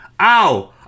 Ow